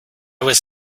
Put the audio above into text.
was